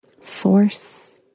source